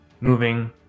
moving